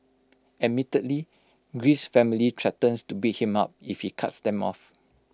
admittedly Greece's family threatens to beat him up if he cuts them off